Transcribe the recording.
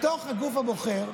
מתוך הגוף הבוחר,